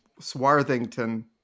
swarthington